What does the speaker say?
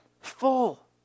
full